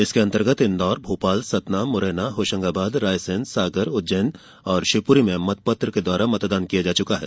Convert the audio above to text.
इसके अंतर्गत इंदौर भोपाल सतना मुरैना होशंगाबाद रायसेन सागर उज्जैन और शिवपूरी में मतपत्र के द्वारा मतदान किया जा चुका है